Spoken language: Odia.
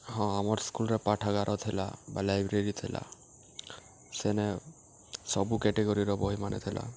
ହଁ ଆମର୍ ସ୍କୁଲ୍ରେ ପାଠାଗାର ଥିଲା ବା ଲାଇବ୍ରେରୀ ଥିଲା ସେନେ ସବୁ କେଟେଗୋରିର ବହିମାନେ ଥିଲା